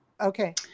Okay